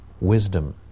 wisdom